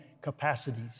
capacities